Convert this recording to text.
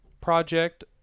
project